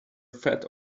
fed